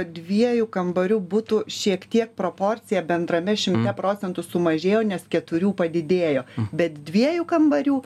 dviejų kambarių butų šiek tiek proporcija bendrame šimte procentų sumažėjo nes keturių padidėjo bet dviejų kambarių